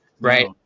right